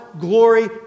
glory